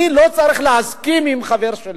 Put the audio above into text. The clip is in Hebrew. אני לא צריך להסכים עם חבר שלי,